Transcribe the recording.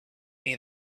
near